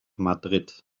madrid